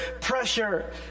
pressure